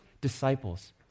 disciples